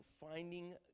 finding